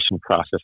process